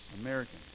American